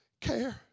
care